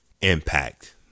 impact